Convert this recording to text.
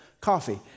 coffee